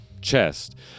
chest